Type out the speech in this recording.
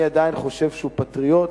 אני עדיין חושב שהוא פטריוט,